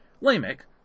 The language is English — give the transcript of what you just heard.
Lamech